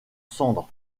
cendres